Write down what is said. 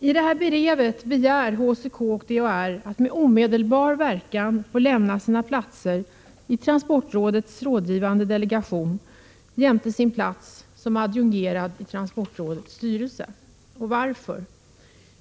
I brevet begär HCK och DHR att med omedelbar verkan få lämna sina platser i transportrådets rådgivande delegation för handikappfrågor jämte sin plats som adjungerad i transportrådets styrelse. Och varför?